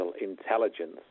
intelligence